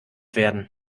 werden